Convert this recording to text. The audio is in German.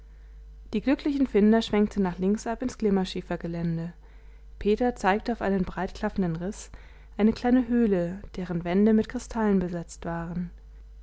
die glücklichen finder schwenkten nach links ab ins glimmerschiefergelände peter zeigte auf einen breitklaffenden riß eine kleine höhle deren wände mit kristallen besetzt waren